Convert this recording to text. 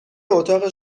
اتاق